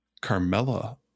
Carmela